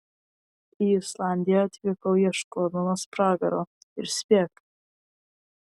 į islandiją atvykau ieškodamas pragaro ir spėk